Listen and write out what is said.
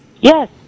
Yes